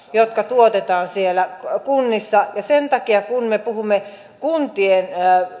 jotka tuotetaan kunnissa sen takia kun me puhumme kuntien